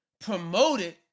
Promoted